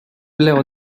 blå